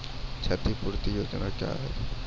क्षतिपूरती योजना क्या हैं?